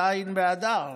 ז' באדר,